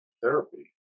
therapy